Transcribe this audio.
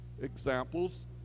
examples